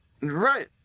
Right